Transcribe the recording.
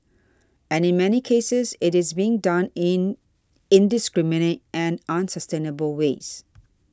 and in many cases it is being done in indiscriminate and unsustainable ways